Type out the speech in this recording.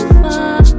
far